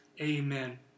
Amen